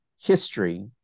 history